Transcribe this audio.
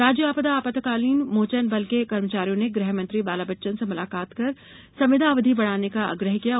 राज्य आपदा आपातकालीन मोचन बल के कर्मचारियों ने गृहमंत्री बालाबच्चन से मुलाकात कर संविदा अवधि बढ़ाने का आग्रह किया है